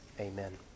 amen